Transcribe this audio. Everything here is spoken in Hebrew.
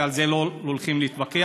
ועל זה לא הולכים להתווכח,